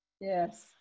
Yes